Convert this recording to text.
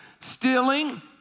Stealing